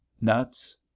nuts